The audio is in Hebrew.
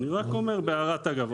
אני רק אומר בהערת אגב,